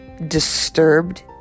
Disturbed